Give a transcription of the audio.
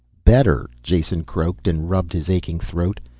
better, jason croaked, and rubbed his aching throat.